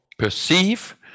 Perceive